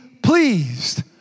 Pleased